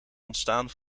ontstaan